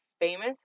famous